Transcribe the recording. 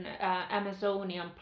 Amazonian